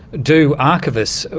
do archivists.